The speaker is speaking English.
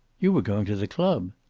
you were going to the club.